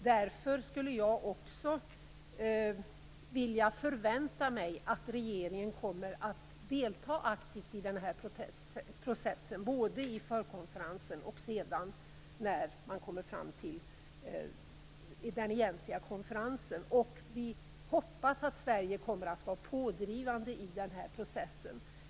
Därför förväntar jag mig att regeringen kommer att vilja delta aktivt i processen, både i förkonferensen och sedan vid den egentliga konferensen. Vi hoppas att Sverige kommer att vara pådrivande i processen.